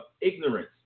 ignorance